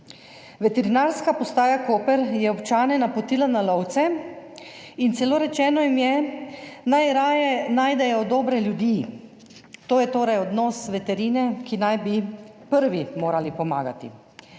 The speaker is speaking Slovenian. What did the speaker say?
Veterinarska postaja Koper je občane napotila na lovce in celo rečeno jim je bilo, naj raje najdejo dobre ljudi. To je torej odnos veterine, ki bi morali prvi pomagati.